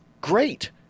great